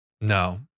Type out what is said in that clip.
no